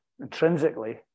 intrinsically